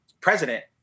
president